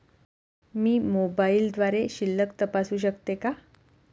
मी मोबाइलद्वारे शिल्लक तपासू शकते का?